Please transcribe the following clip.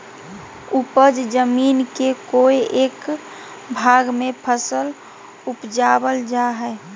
उपज जमीन के कोय एक भाग में फसल उपजाबल जा हइ